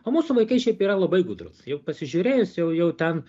o mūsų vaikai šiaip yra labai gudrūs jau pasižiūrėjus jau jau ten